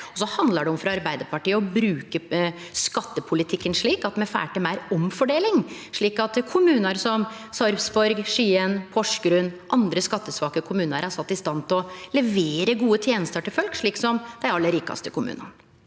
så handlar det frå Arbeidarpartiet si side om å bruke skattepolitikken slik at me får til meir omfordeling, slik at kommunar som Sarpsborg, Skien, Porsgrunn og andre skattesvake kommunar blir sette i stand til å levere gode tenester til folk, slik som dei aller rikaste kommunane.